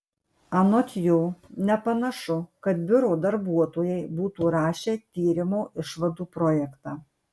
anot jo nepanašu kad biuro darbuotojai būtų rašę tyrimo išvadų projektą